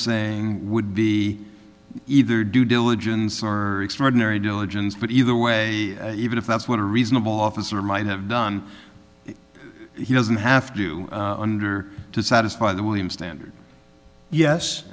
saying would be either due diligence or extraordinary diligence but either way even if that's what a reasonable officer might have done he doesn't have to under to satisfy the wm standard yes